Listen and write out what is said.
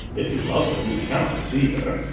if you love her, you cannot see her.